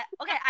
Okay